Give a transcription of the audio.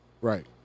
Right